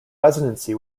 residency